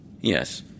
Yes